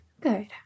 Good